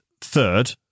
third